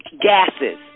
gases